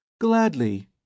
Gladly